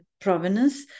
provenance